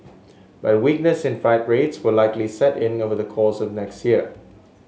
but weakness in freight rates will likely set in over the course of next year